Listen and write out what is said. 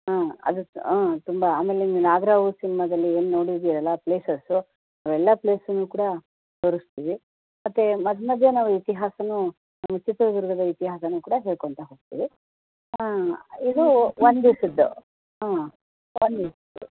ಹಾಂ ಅದು ಹಾಂ ತುಂಬ ಆಮೇಲೆ ಇಲ್ಲಿ ನಾಗ್ರಹಾವು ಸಿನ್ಮಾದಲ್ಲಿ ಏನು ನೋಡಿದ್ದೀರಲ್ಲ ಪ್ಲೇಸಸ್ಸು ಅವೆಲ್ಲ ಪ್ಲೇಸನ್ನೂ ಕೂಡ ತೋರಿಸ್ತೀವಿ ಮತ್ತು ಮಧ್ಯ ಮಧ್ಯೆ ನಾವು ಇತಿಹಾಸನೂ ನಮ್ಮ ಚಿತ್ರದುರ್ಗದ ಇತಿಹಾಸನೂ ಕೂಡ ಹೇಳ್ಕೊತ ಹೋಗ್ತೀವಿ ಹಾಂ ಇದು ಒಂದು ದಿವಸದ್ದು ಹಾಂ ಒಂದು ದಿವಸದ್ದು